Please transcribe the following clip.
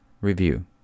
review